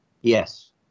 Yes